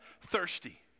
thirsty